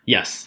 Yes